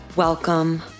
Welcome